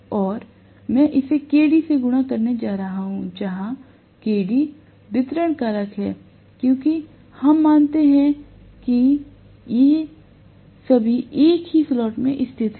और मैं इसे Kd से गुणा करने जा रहा हूं जहां Kd वितरण कारक है क्योंकि हम मानते हैं कि ये सभी एक ही स्लॉट में स्थित हैं